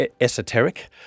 esoteric